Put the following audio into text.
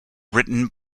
written